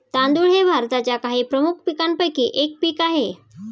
तांदूळ हे भारताच्या काही प्रमुख पीकांपैकी एक पीक आहे